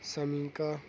ثمنکا